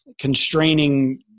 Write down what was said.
constraining